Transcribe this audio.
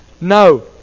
No